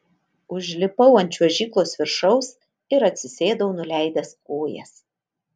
užlipau ant čiuožyklos viršaus ir atsisėdau nuleidęs kojas